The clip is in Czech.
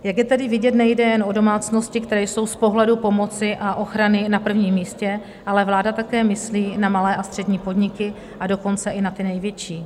Jak je tedy vidět, nejde jen o domácnosti, které jsou z pohledu pomoci a ochrany na prvním místě, ale vláda také myslí na malé a střední podniky, a dokonce i na ty největší.